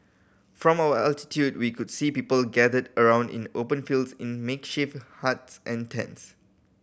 from our altitude we could see people gathered around in open fields in makeshift huts and tents